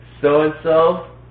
so-and-so